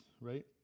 right